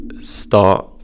start